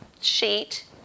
sheet